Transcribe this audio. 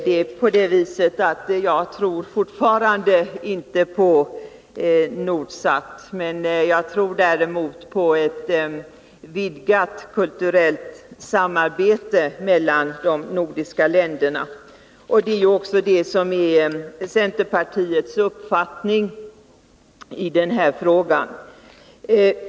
Det är fortfarande så, att jag inte tror på Nordsat men däremot på ett vidgat kulturellt samarbete mellan de nordiska länderna. Detta är också centerpartiets uppfattning i den här frågan.